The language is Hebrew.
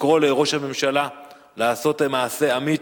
לקרוא לראש הממשלה לעשות מעשה אמיץ,